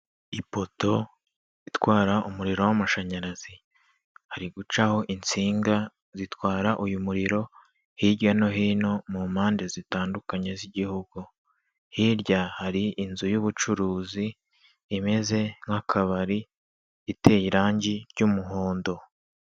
Ipoto itwara umuriro w'amashanyarazi, hari gucaho insinga zitwara uyu muriro hirya no hino mu mpande zitandukanye z'igihugu, hirya hari inzu y'ubucuruzi imeze nk'akabari iteye irangi ry'umuhondo.